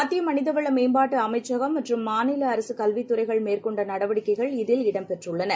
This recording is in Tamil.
மத்தியமனிதவளமேம்பாட்டுஅமைச்சகம் மற்றும் மாநிலஅரசுகல்வித்துறைகள் மேற்கொண்டநடவடிக்கைகள் இதில் இடம் பெற்றுள்ளன